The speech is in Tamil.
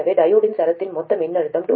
எனவே டையோடின் சரத்தின் மொத்த மின்னழுத்தம் 2